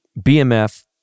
BMF